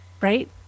right